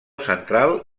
central